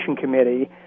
committee